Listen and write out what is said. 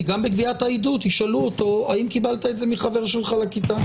כי גם בגביית העדות ישאלו אותו: האם קיבלת את זה מחבר שלך לכיתה?